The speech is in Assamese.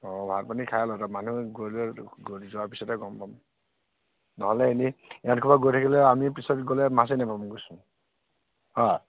অঁ ভাত পানী খাই ল মানুহ গৈ লৈ গৈ যোৱাৰ পিছতহে গম পাম নহ'লে এনেই ইহঁতসোপা গৈ থাকিলে আমি পিছত গ'লে মাছেই নাপামগৈচোন